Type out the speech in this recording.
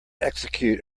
execute